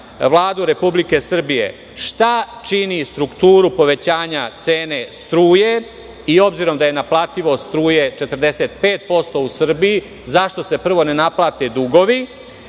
Vladu Republike Srbije – šta čini strukturu povećanja cene struje i obzirom da je naplativost struje 45% u Srbiji, zašto se prvo ne naplate dugovi?